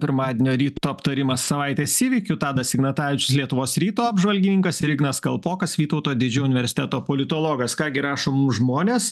pirmadienio ryto aptarimas savaitės įvykių tadas ignatavičius lietuvos ryto apžvalgininkas ir ignas kalpokas vytauto didžiojo universiteto politologas ką gi rašo mums žmonės